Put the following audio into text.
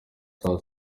saa